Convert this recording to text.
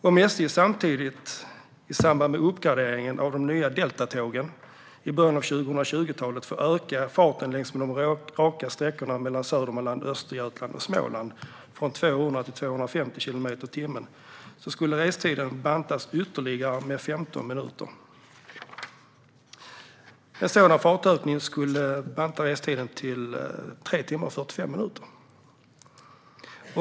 Om SJ i samband med uppgraderingen av de nya deltatågen i början av 2020-talet får öka farten på de raka sträckorna genom Södermanland, Östergötland och Småland från 200 till 250 kilometer i timmen skulle restiden bantas med ytterligare 15 minuter. En sådan hastighetsökning skulle banta restiden till 3 timmar och 45 minuter.